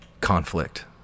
conflict